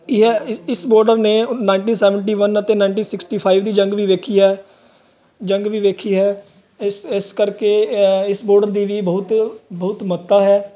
ਇਹ ਇਸ ਬਾਰਡਰ ਨੇ ਨਾਈਨਟੀ ਸੈਵਨਟੀ ਵੰਨ ਅਤੇ ਨਾਈਨਟੀ ਸਿਕਸਟੀ ਫਾਈਵ ਦੀ ਜੰਗ ਵੀ ਵੇਖੀ ਹੈ ਜੰਗ ਵੀ ਵੇਖੀ ਹੈ ਇਸ ਇਸ ਕਰਕੇ ਇਸ ਬੋਡਰ ਦੀ ਵੀ ਬਹੁਤ ਬਹੁਤ ਮਹੱਤਤਾ ਹੈ